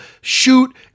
shoot